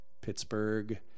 Pittsburgh